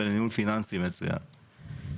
מצוין.